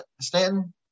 Stanton